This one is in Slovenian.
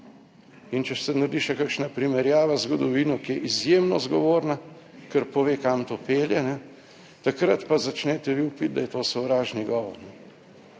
in če se naredi še kakšna primerjava z zgodovino, ki je izjemno zgovorna, ker pove kam to pelje, takrat pa začnete vi vpiti, da je to sovražni govor